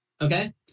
Okay